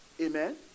Amen